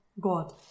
god